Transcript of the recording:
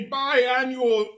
biannual